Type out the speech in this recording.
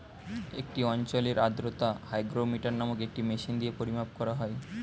একটি অঞ্চলের আর্দ্রতা হাইগ্রোমিটার নামক একটি মেশিন দিয়ে পরিমাপ করা হয়